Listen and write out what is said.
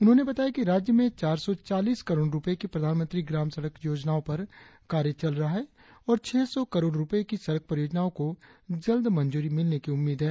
उन्होंने बताया कि राज्य में चार सौ चालीस करोड़ रुपये की प्रधानमंत्री ग्राम सड़क योजनाओ पर कार्य चल रहा है और छह सौ करोड़ रुपये की सड़क परियोजनाओ को जल्द मंजूरी मिलने की उम्मीद है